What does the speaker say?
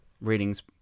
reading's